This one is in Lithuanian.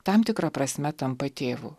tam tikra prasme tampa tėvu